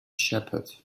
shepherd